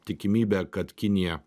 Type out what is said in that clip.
tikimybė kad kinija